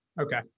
Okay